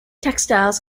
textiles